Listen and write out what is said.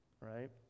right